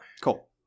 Cool